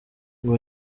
ngo